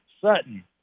Sutton